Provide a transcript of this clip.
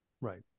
Right